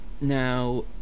Now